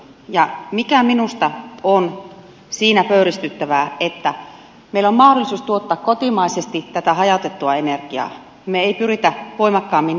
se mikä minusta on siinä pöyristyttävää on se että kun meillä on mahdollisuus tuottaa kotimaisesti tätä hajautettua energiaa me emme pyri voimakkaammin niihin ratkaisuihin